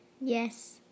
Yes